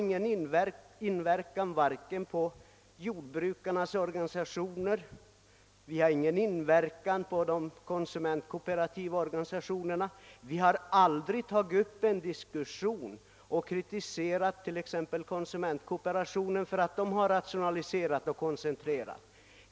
Vi kan inte besluta om flyttning av jordbrukarnas organsiationer och inte heller av de konsumentkooperativa organisationerna. Vi har t.ex. aldrig kritiserat konsumentkooperationen för att den rationaliserat och koncentrerat sin verksamhet.